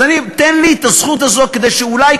תן לי את הזכות הזאת כדי שאולי,